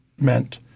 meant